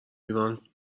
ایران